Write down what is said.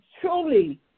truly